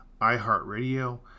iHeartRadio